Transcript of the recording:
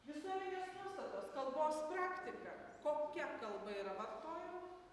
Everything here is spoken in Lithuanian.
visuomenės nuostatos kalbos praktika kokia kalba yra vartojama